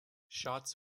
shots